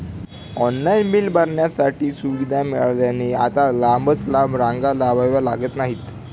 online bill भरण्याची सुविधा मिळाल्याने आता लांबच लांब रांगा लावाव्या लागत नाहीत